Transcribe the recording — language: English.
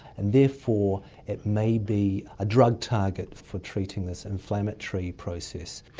and therefore it may be a drug target for treating this inflammatory process.